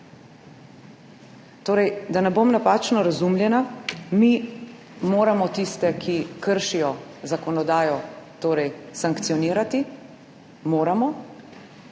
Torej, da ne bom napačno razumljena, mi moramo tiste, ki kršijo zakonodajo, sankcionirati in